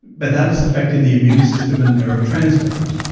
but that is affecting the immune system and the neurotransmitters.